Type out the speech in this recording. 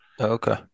Okay